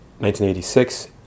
1986